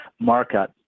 market